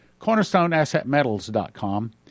Cornerstoneassetmetals.com